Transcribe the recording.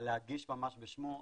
אבל להגיש ממש בשמו,